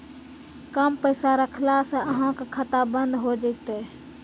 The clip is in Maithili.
कम पैसा रखला से अहाँ के खाता बंद हो जैतै?